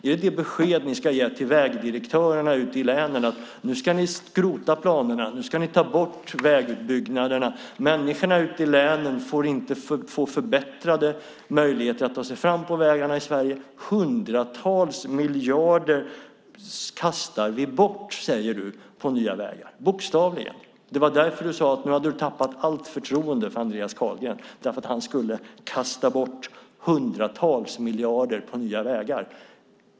Är beskedet till vägdirektörerna ute i länen att de ska skrota planerna och ta bort vägutbyggnaderna, att människorna inte ska få förbättrade möjligheter att ta sig fram på vägarna i Sverige? Hundratals miljarder kastar vi bort på nya vägar, säger du. Precis så säger du. Du säger att du tappat allt förtroende för Andreas Carlgren eftersom han skulle kasta bort hundratals miljarder på nya vägar.